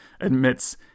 admits